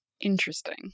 interesting